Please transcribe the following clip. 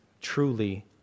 truly